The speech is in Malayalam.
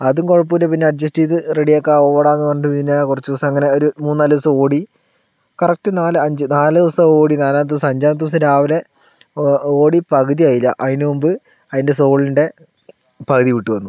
അതും കുഴപ്പമില്ല പിന്നെ അഡ്ജസ്റ്റ് ചെയ്ത് റെഡി ആക്കാ ഓടാന്നു പറഞ്ഞിട്ട് കുറച്ചു ദിവസം അങ്ങനെ ഒരു മൂന്നാലു ദിവസം ഓടി കറക്ട് നാല് അഞ്ചു നാല് ദിവസം ഓടി നാലാമത്തെ ദിവസം അഞ്ചാമത്തെ ദിവസം രാവിലെ ഓടി പകുതി ആയില്ല അതിനു മുമ്പു അയിൻറ്റെ സോളിൻറ്റെ പകുതി വിട്ടുവന്നു